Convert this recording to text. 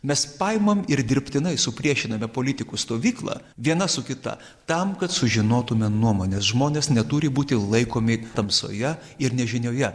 mes paimam ir dirbtinai supriešiname politikų stovyklą viena su kita tam kad sužinotume nuomones žmonės neturi būti laikomi tamsoje ir nežinioje